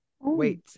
wait